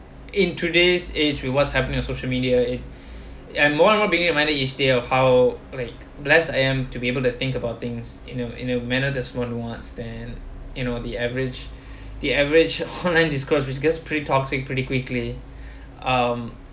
in today's age with what's happening on social media and more and more being reminded each day of how like blessed I am to be able to think about things in a in a manner that's one wants then you know the average the average online disclose which gets pretty toxic pretty quickly um